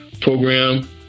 program